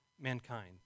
mankind